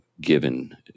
given